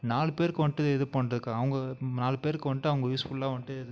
நாலு பேருக்கு வந்துட்டு இது பண்ணுறக்கு அவங்க நாலு பேருக்கு வந்துட்டு அவங்க யூஸ்ஃபுல்லா வந்துட்டு இது